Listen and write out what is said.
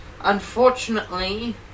unfortunately